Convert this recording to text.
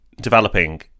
developing